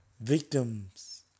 Victims